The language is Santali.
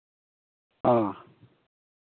ᱚ